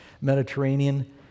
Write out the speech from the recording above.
Mediterranean